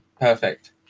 perfect